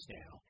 now